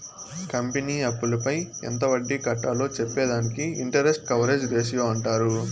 company అప్పులపై ఎంత వడ్డీ కట్టాలో చెప్పే దానిని ఇంటరెస్ట్ కవరేజ్ రేషియో అంటారు